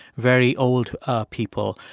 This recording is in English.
very old ah people.